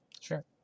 Sure